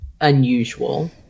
unusual